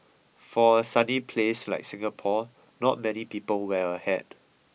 for a sunny place like Singapore not many people wear a hat